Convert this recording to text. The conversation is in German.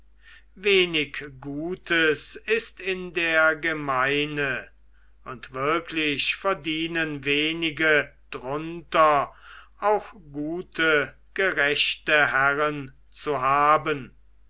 wenig gutes ist in der gemeine und wirklich verdienen wenige drunter auch gute gerechte herren zu haben